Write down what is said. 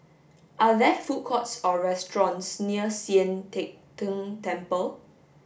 are there food courts or restaurants near Sian Teck Tng Temple